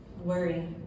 worry